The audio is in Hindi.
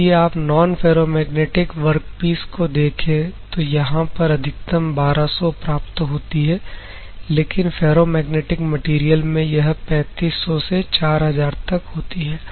यदि आप नॉन फेरोमैग्नेटिक वर्कपीस को देखें तो यहां पर अधिकतम 1200 प्राप्त होती है लेकिन फेरोमैग्नेटिक मैटेरियल में यह 3500 से 4000 तक होती है